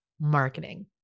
marketing